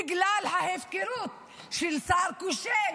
בגלל ההפקרות של שר כושל,